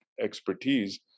expertise